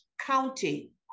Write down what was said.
county